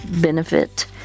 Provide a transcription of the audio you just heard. benefit